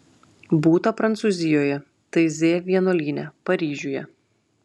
būta prancūzijoje taizė vienuolyne paryžiuje